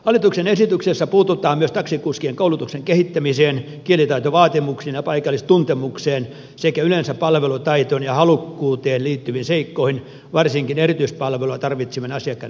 hallituksen esityksessä puututaan myös tak sikuskien koulutuksen kehittämiseen kielitai tovaatimuksiin ja paikallistuntemukseen sekä yleensä palvelutaitoon ja halukkuuteen liittyviin seikkoihin varsinkin erityispalvelua tarvitsevien asiakkaiden osalta